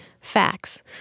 facts